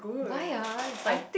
why ah like